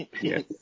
Yes